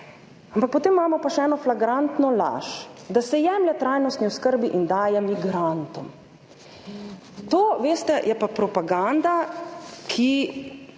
potem imamo pa še eno flagrantno laž, da se jemlje trajnostni oskrbi in daje migrantom. To, veste je pa propaganda, ki